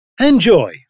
Enjoy